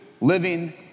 living